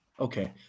okay